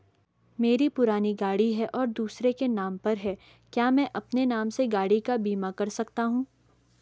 मेरी पुरानी गाड़ी है और दूसरे के नाम पर है क्या मैं अपने नाम से गाड़ी का बीमा कर सकता हूँ?